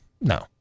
no